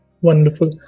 Wonderful